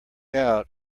out